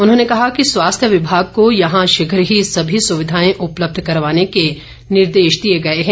उन्होंने कहा कि स्वास्थ्य विभाग को यहां शीघ्र ही सभी सुविधाएं उपलब्ध करवाने के निर्देश दिए गए हैं